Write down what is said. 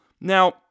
Now